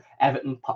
Everton